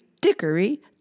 Dickory